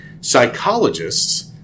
Psychologists